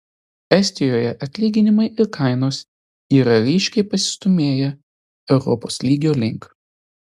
estijoje atlyginimai ir kainos yra ryškiai pasistūmėję europos lygio link